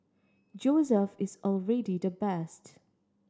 Joseph is already the best